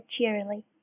cheerily